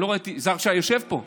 אני לא ראיתי, יזהר שי יושב פה.